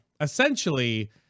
essentially